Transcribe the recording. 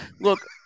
Look